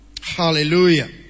Hallelujah